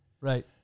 right